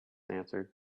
answered